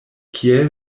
kiel